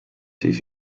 siis